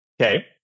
Okay